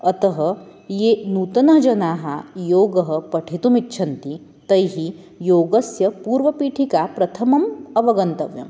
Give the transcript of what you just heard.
अतः ये नूतनजनाः योगं पठितुम् इच्छन्ति तैः योगस्य पूर्वपीठिका प्रथमम् अवगन्तव्या